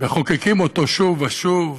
מחוקקים אותו שוב ושוב.